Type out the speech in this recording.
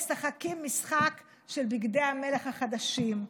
ואתם משחקים משחק של בגדי המלך החדשים.